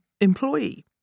employee